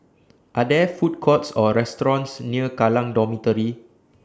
Are There Food Courts Or restaurants near Kallang Dormitory